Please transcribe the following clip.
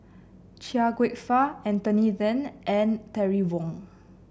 Chia Kwek Fah Anthony Then and Terry Wong